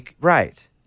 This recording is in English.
Right